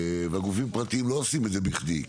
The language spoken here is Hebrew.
וגופים פרטיים לא עושים את זה בכדי,